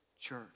church